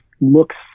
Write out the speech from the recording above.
looks